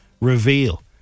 reveal